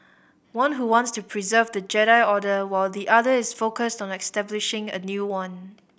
one who wants to preserve the Jedi Order while the other is focused on establishing a new one